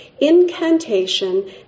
incantation